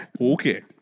Okay